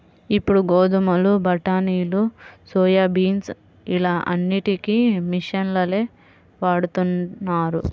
ఇప్పుడు గోధుమలు, బఠానీలు, సోయాబీన్స్ ఇలా అన్నిటికీ మిషన్లనే వాడుతున్నారు